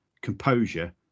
composure